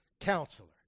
Counselor